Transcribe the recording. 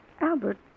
Albert